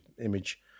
image